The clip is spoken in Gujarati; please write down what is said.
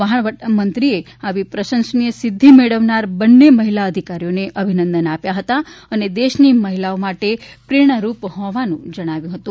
વહાણવટા મંત્રીએ આવી પ્રશંસનીય સિઘ્ઘિ મેળવનારાં બંને મહિલા અધિકારીઓને અભિનંદન આપ્યા હતા અને દેશની મહિલાઓ માટે પ્રેરણારૂપ હોવાનું જણાવ્યું હતું